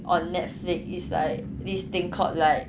on netflix it's like this thing called like